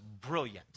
brilliant